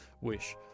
Wish